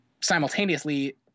simultaneously